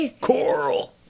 Coral